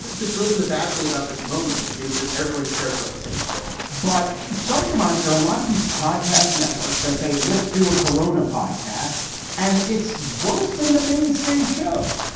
the the good and the bad thing about this moment is that everyone cares about the same story but sometimes there are a lot of these podcast's networks that say, let's do a corona podcast and it's worse than the mainstay shows.